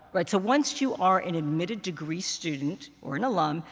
right. so once you are an admitted degree student or an alum,